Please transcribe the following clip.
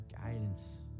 guidance